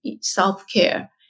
self-care